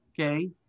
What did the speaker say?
Okay